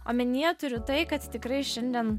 omenyje turiu tai kad tikrai šiandien